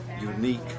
unique